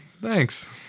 Thanks